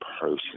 person